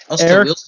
Eric